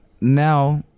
now